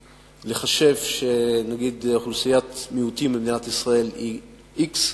לחשב שאוכלוסיית המיעוטים במדינת ישראל היא x,